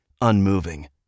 unmoving